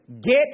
Get